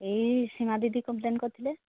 ଏଇ ସୀମା ଦିଦି କମ୍ପ୍ଲେନ୍ କରିଥିଲେ